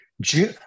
june